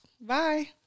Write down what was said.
bye